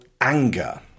anger